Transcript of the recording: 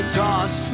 toss